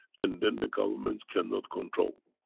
and then, the government's cannot control.